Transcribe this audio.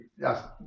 yes